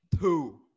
two